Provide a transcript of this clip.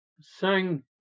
sang